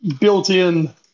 built-in